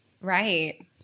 right